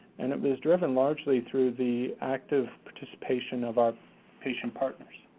and it was driven largely through the active participation of our patient partners.